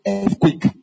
earthquake